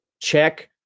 check